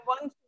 one